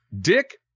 Dick